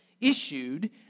issued